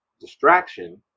distraction